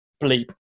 bleep